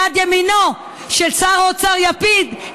יד ימינו של שר האוצר לפיד,